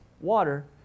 water